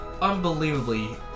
unbelievably